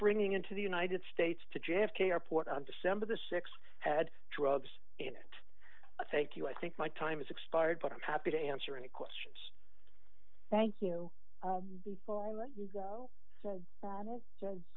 bringing into the united states to j f k airport on december the six had drugs in it thank you i think my time is expired but i'm happy to answer any questions thank you before i let you go that is